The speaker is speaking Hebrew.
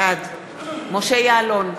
בעד משה יעלון,